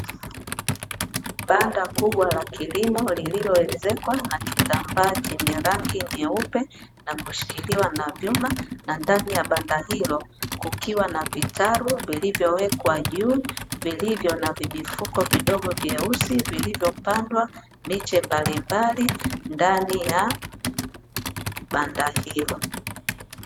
Banda kubwa la kilimo lililoelezekwa na kitambaa chenye rangi nyeupe, na kushikiliwa na vyuma na ndani ya banda hilo kukiwa na vitalu vilivyowekwa juu, vilivyo na vijifuko vidogo vyeusi vilivyopandwa miche mbalimbali ndani ya banda hilo.